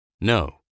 No